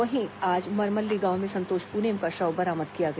वहीं आज मरमल्ली गांव में संतोष पुनेम का शव बरामद किया गया